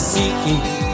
Seeking